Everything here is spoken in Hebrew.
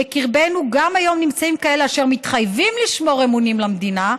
בקרבנו גם היום נמצאים כאלה אשר מתחייבים לשמור אמונים למדינה,